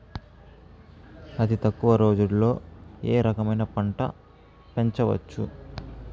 అతి తక్కువ రోజుల్లో ఏ రకమైన పంట పెంచవచ్చు?